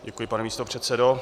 Děkuji, pane místopředsedo.